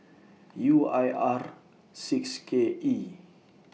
U I R six K E